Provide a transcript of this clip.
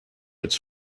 its